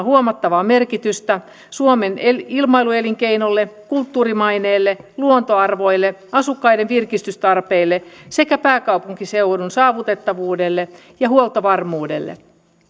huomattavaa merkitystä suomen ilmailuelinkeinolle kulttuurimaineelle luontoarvoille asukkaiden virkistystarpeille sekä pääkaupunkiseudun saavutettavuudelle ja huoltovarmuudelle